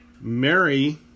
Mary